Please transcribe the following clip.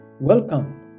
Welcome